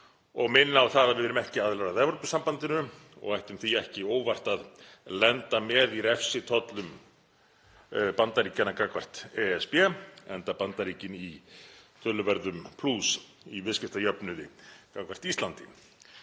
og minna á það að við erum ekki aðilar að Evrópusambandinu og ættum því ekki óvart að lenda með í refsitollum Bandaríkjanna gagnvart ESB, enda Bandaríkin í töluverðum plús í viðskiptajöfnuði gagnvart Íslandi?